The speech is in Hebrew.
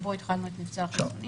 אז התחלנו את מבצע החיסונים.